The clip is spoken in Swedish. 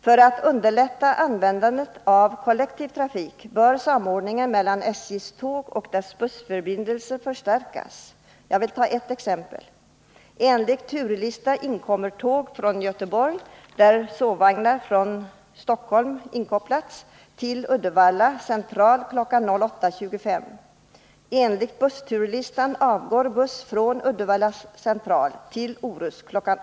För att användandet av kollektiv trafik skall underlättas bör samordningen mellan SJ:s tågoch bussförbindelser förstärkas. Ett exempel: Enligt turlista inkommer tåg från Göteborg, där sovvagnar från Stockholm inkopplats, till Uddevalla C kl. 08.25. Enligt bussturlista avgår buss från Uddevalla C till Orust kl.